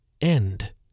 end